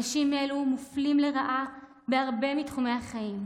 אנשים אלו מופלים לרעה בהרבה מתחומי החיים.